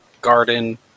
Garden